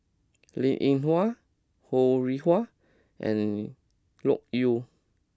Linn In Hua Ho Rih Hwa and Loke Yew